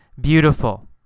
beautiful